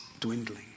dwindling